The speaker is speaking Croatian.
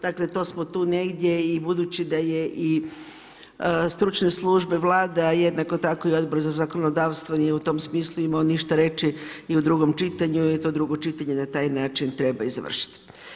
Dakle, to smo tu negdje i budući da je i stručne službe Vlade, a jednako tako i Odbor za zakonodavstvo nije u tom smislu imao ništa reći i u drugom čitanju je to drugo čitanje na taj način treba i završiti.